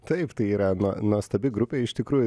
taip tai yra na nuostabi grupė iš tikrųjų